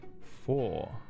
Four